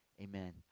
Amen